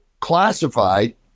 classified